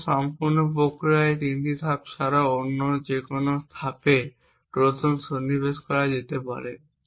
সুতরাং সম্পূর্ণ প্রক্রিয়ার এই তিনটি ধাপ ছাড়াও অন্য যেকোনো ধাপে ট্রোজান সন্নিবেশ করা যেতে পারে